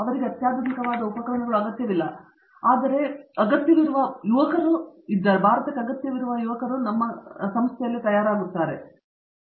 ಅವರಿಗೆ ಅತ್ಯಾಧುನಿಕವಾದ ಉಪಕರಣಗಳು ಅಗತ್ಯವಿಲ್ಲ ಆದರೆ ಅಗತ್ಯವಿರುವ ಯುವಕರು ಭಾರತಕ್ಕೆ ಸಾಂಪ್ರದಾಯಿಕ ಪರಿಹಾರಗಳಾಗಬಹುದು